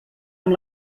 amb